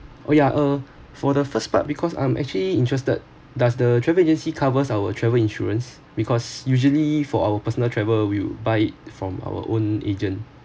oh ya uh for the first part because I'm actually interested does the travel agency covers our travel insurance because usually for our personal travel will buy it from our own agent